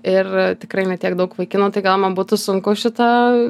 ir tikrai ne tiek daug vaikinų tai gal man būtų sunku šitą